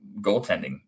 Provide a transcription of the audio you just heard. goaltending